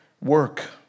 work